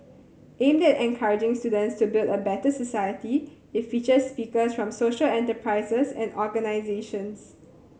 aimed at encouraging students to build a better society it features speakers from social enterprises and organisations